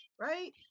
right